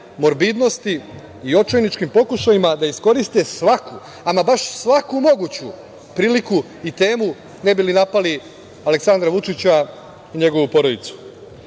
morbidnosti i očajničkim pokušajima da iskoriste svaku, ama baš svaku moguću priliku i temu ne bi li napali Aleksandra Vučića i njegovu porodicu.